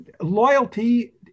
loyalty